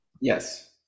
Yes